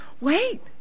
wait